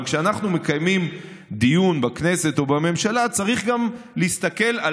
אבל כשאנחנו מקיימים דיון בכנסת או בממשלה צריך גם להסתכל על